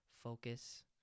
focus